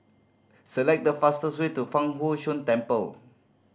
select the fastest way to Fang Huo Yuan Temple